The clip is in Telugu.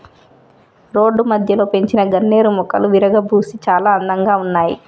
రోడ్డు మధ్యలో పెంచిన గన్నేరు మొక్కలు విరగబూసి చాలా అందంగా ఉన్నాయి